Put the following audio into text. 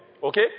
Okay